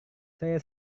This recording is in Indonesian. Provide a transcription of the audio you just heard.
saya